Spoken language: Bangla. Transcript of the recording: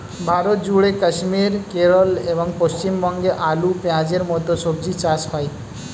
ভারতজুড়ে কাশ্মীর, কেরল এবং পশ্চিমবঙ্গে আলু, পেঁয়াজের মতো সবজি চাষ হয়